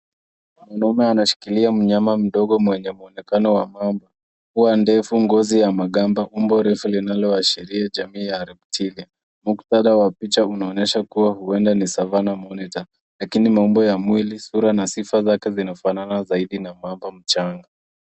Mwanaume anashikilia myama mdogo mwenye mwonekano wa mamba, pua ndefu, ngozi ya magamba, umbo refu linaloashiria jamii ya reptile . Mutkadha wa picha inaonyesha kuwa huenda ni savana monita lakini maumbo ya mwili sura na sifa zake zinafanana na zaidi na mamba mchanga.